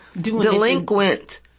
delinquent